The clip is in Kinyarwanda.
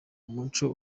umuco